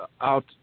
out